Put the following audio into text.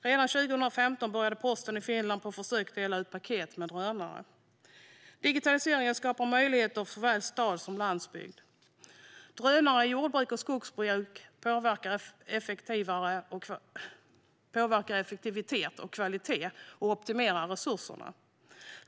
Redan 2015 började posten i Finland på försök att dela ut paket med drönare. Digitaliseringen skapar möjligheter för såväl stad som landsbygd. Drönare i jordbruk och skogsbruk påverkar effektivitet och kvalitet och optimerar resurserna.